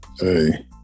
Hey